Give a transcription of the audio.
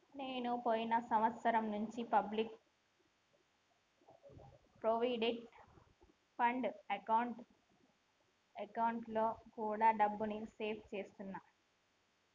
నేను పోయిన సంవత్సరం నుంచి పబ్లిక్ ప్రావిడెంట్ ఫండ్ అకౌంట్లో కూడా డబ్బుని సేవ్ చేస్తున్నా